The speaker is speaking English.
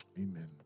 Amen